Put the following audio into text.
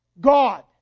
God